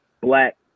black